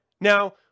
Now